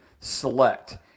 select